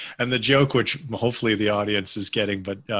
and the joke, which hopefully the audience is getting, but